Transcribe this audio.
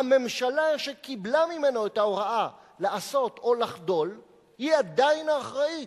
הממשלה שקיבלה ממנו את ההוראה לעשות או לחדול היא עדיין האחראית,